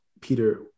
Peter